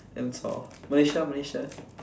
damn chor Malaysia ah Malaysia